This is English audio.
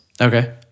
Okay